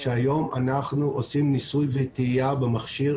שהיום אנחנו עושים ניסוי וטעיה במכשיר